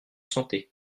santé